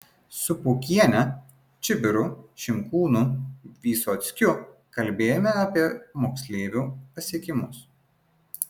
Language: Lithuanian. su pukiene čibiru šimkūnu vysockiu kalbėjome apie moksleivių pasiekimus